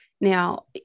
Now